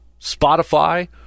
Spotify